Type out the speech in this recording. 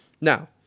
Now